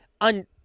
on